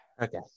Okay